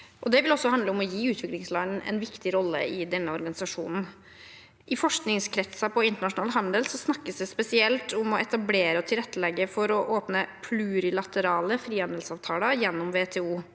Det vil også handle om å gi utviklingsland en viktig rolle i denne organisasjonen. I forskningskretser om internasjonal handel snakkes det spesielt om å etablere og tilrettelegge for å åpne plurilaterale frihandelsavtaler gjennom WTO.